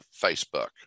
facebook